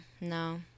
No